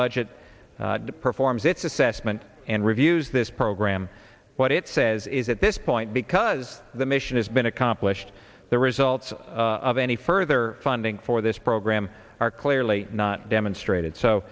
budget performs its assessment and reviews this program what it says is at this point because the mission has been accomplished the results of any further funding for this program are clearly not demonstrated so